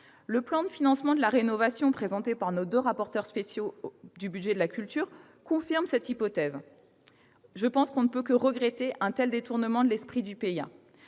Le plan de financement de la rénovation présenté par nos deux rapporteurs spéciaux du budget de la culture confirme cette hypothèse. À mon sens, on ne peut que regretter un tel détournement de l'esprit du PIA.